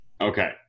Okay